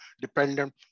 dependent